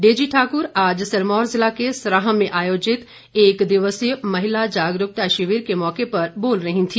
Daisy Thakur आज सिरमौर जिला के सरांह में आयोजित एक दिवसीय महिला जागरूकता शिविर के मौके पर बोल रहीं थी